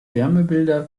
wärmebilder